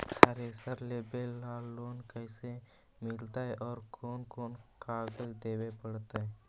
Thresher लेबे ल loan कैसे मिलतइ और कोन कोन कागज देबे पड़तै?